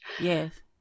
Yes